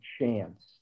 chance